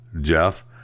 Jeff